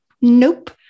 Nope